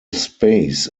space